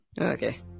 Okay